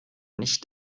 nicht